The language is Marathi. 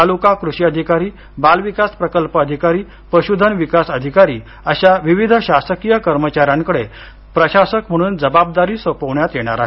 तालुका कृषी अधिकारी बाल विकास प्रकल्प अधिकारी पशुधन विकास अधिकारी अशा विविध शासकीय कर्मचाऱ्यांकडे प्रशासक म्हणून जबाबदारी सोपवण्यात येणार आहे